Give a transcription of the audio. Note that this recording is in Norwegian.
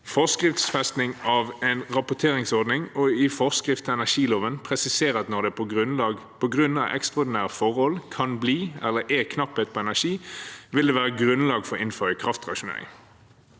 forskriftsfesting av en rapporteringsordning og at man i forskrift til energiloven presiserer at når det på grunn av ekstraordinære forhold kan bli eller er knapphet på energi, vil det være grunnlag for å innføre kraftrasjonering.